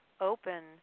open